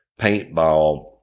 paintball